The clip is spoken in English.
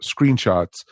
screenshots